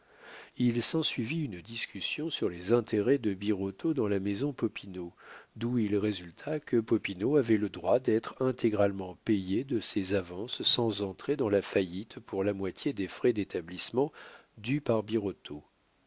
il s'ensuivit une discussion sur les intérêts de birotteau dans la maison popinot d'où il résulta que popinot avait le droit d'être intégralement payé de ses avances sans entrer dans la faillite pour la moitié des frais d'établissement